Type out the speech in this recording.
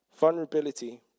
Vulnerability